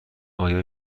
آیا